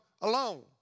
alone